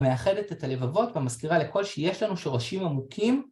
מאחדת את הלבבות ומזכירה לכל שיש לנו שורשים עמוקים.